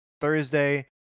Thursday